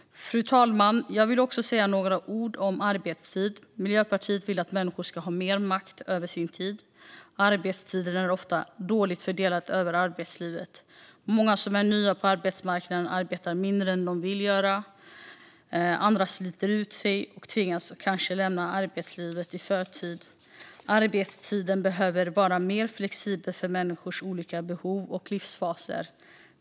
Fru talman! Jag vill också säga några ord om arbetstid. Miljöpartiet vill att människor ska ha mer makt över sin tid. Arbetstiden är ofta dåligt fördelad över arbetslivet. Många som är nya på arbetsmarknaden arbetar mindre än de vill göra. Andra sliter ut sig och tvingas kanske lämna arbetslivet i förtid. Arbetstiden behöver vara mer flexibel för människors olika behov och livsfaser.